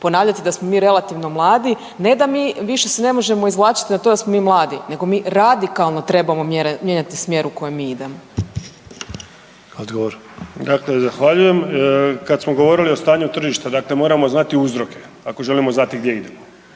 ponavljati da smo relativno mladi. Ne da se mi više se ne možemo izvlačit na to da smo mi mladi nego mi radikalno trebamo mijenjati smjer u kojem mi idemo. **Sanader, Ante (HDZ)** Odgovor. **Čuraj, Stjepan (HNS)** Dakle, zahvaljujem. Kad smo govorili o stanju tržišta moramo znati uzroke ako želimo znati gdje idemo.